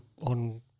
on